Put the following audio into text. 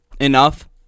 enough